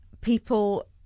people